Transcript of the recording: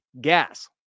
gas